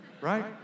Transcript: Right